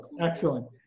Excellent